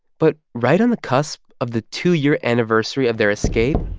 but right on the cusp of the two-year anniversary of their escape,